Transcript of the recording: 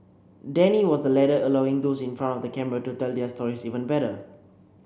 Danny was the latter allowing those in front of the camera to tell their stories even better